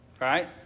Right